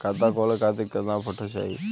खाता खोले खातिर केतना फोटो चाहीं?